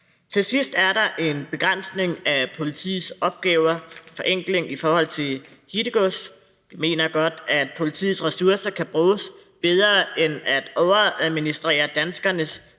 Til sidst er der en begrænsning af politiets opgaver og en forenkling i forhold til hittegods. Vi mener godt, at politiets ressourcer kan bruges bedre end til at overadministrere danskernes